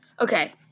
Okay